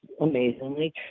amazingly